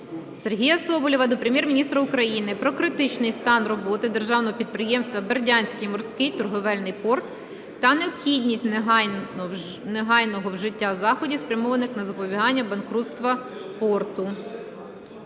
Сергія Соболєва до Прем'єр-міністра України про критичний стан роботи державного підприємства "Бердянський морський торговельний порт" та необхідність негайного вжиття заходів спрямованих на запобігання банкрутству порту.